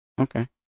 okay